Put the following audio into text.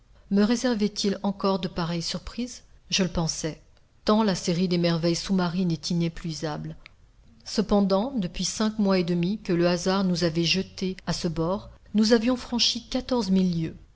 me réserverait il encore de pareilles surprises je le pensais tant la série des merveilles sous-marines est inépuisable cependant depuis cinq mois et demi que le hasard nous avait jetés à ce bord nous avions franchi quatorze mille lieues